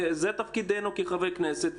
וזה תפקידנו כחברי כנסת.